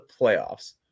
playoffs